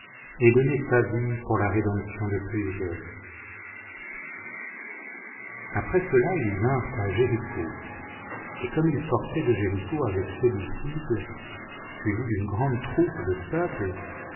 et donner sa vie pour la rédemption de plusieurs après cela ils vinrent à jéricho et comme il sortait de jéricho avec ses disciples suivi d'une grande troupe de peuple